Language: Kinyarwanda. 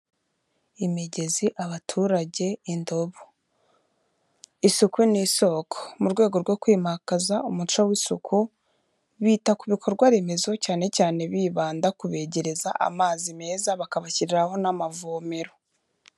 Imigezi, abaturage, indobo, isuku ni isoko mu rwego rwo kwimakaza umuco w'isuku bita ku bikorwa remezo, cyane cyane bibanda kubegereza amazi meza bakabashyiriraho n'amavomero.